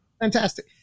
Fantastic